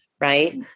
Right